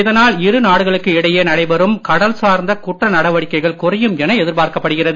இதனால் இரு நாடுகளுக்கு இடையே நடைபெறும் கடல் சார்ந்த குற்ற நடவடிக்கைகள் குறையும் என எதிர்பார்க்கப்படுகிறது